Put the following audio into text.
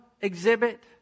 exhibit